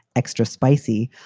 extra spicy.